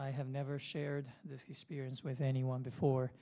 i have never shared this experience with anyone before